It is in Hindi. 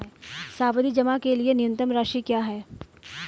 सावधि जमा के लिए न्यूनतम राशि क्या है?